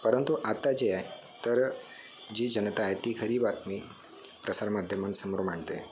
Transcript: परंतु आता जे आहे तर जी जनता आहे ती खरी बातमी प्रसार माध्यमांसमोर मांडते